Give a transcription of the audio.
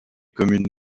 communes